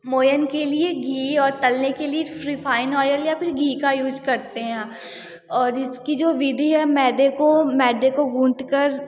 मोयन के लिए घी और तलने के लिए रिफाइन ऑयल या फिर घी का यूज करते हैं यहाँ और इसकी जो विधि है मैदे को मैदे को गूंदकर